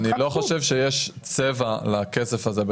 אני לא חושב שיש צבע לכסף הזה.